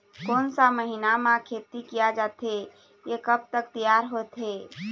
कोन सा महीना मा खेती किया जाथे ये कब तक तियार होथे?